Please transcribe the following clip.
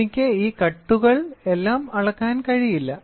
എനിക്ക് ഈ കട്ടുകൾ എല്ലാം അളക്കാൻ കഴിയില്ല